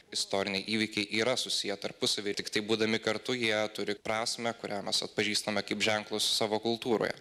istoriniai įvykiai yra susiję tarpusavy tiktai būdami kartu jie turi prasmę kurią mes atpažįstame kaip ženklus savo kultūroje